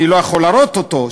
אני לא יכול להראות אותו,